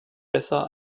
besser